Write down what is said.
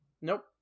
Nope